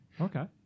Okay